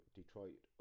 Detroit